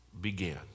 began